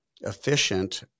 efficient